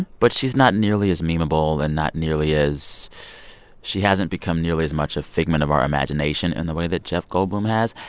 but she's not nearly as meme-able and not nearly as she hasn't become nearly as much a figment of our imagination in the way that jeff goldblum has.